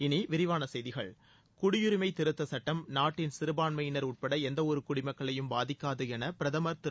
இனி விரிவான செய்திகள் குடியரிமை திருத்தச்சுட்டம் நாட்டின் சிறுபான்மையினர் உட்பட எந்தவொரு குடிமக்களையும் பாதிக்காது என பிரதமர் திரு